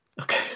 Okay